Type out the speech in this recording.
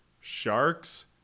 sharks